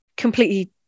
completely